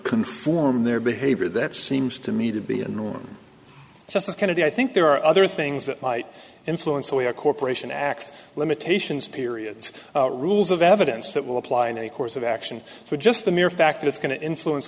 conform their behavior that seems to me to be a norm justice kennedy i think there are other things that might influence the way a corporation acts limitations periods rules of evidence that will apply in any course of action so just the mere fact that it's going to influence